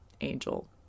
angel